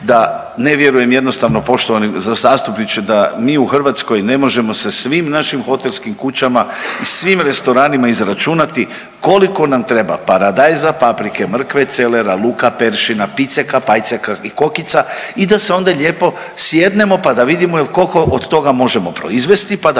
da ne vjerujem jednostavno poštovani zastupniče da mi u Hrvatskoj ne možemo sa svim naših hotelskim kućama i svim restoranima izračunati koliko nam treba paradajza, paprike, mrkve, celera, luka, peršina, piceka, pajceka i kokica i da se onda lijepo sjednemo pa da vidimo koliko od toga možemo proizvesti, pa da